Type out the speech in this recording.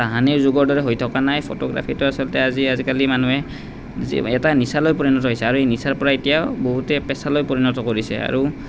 তাহানিৰ যুগৰ দৰে হৈ থকা নাই ফটোগ্ৰাফীটো আচলতে আজি আজিকালি মানুহে যি এটা নিচালৈ পৰিণত হৈছে আৰু এই নিচাৰ পৰা এতিয়া বহুতে পেচালৈ পৰিণত কৰিছে আৰু